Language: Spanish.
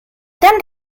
tan